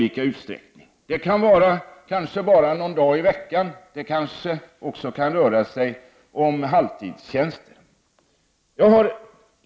Det kan vara någon dag i veckan eller kanske en halvtidstjänst.